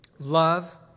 Love